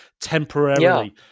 temporarily